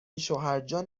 شوهرجان